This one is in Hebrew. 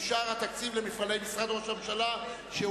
התקציב למפעלי משרד ראש הממשלה.